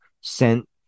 sent